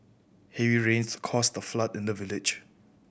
heavy rains caused a flood in the village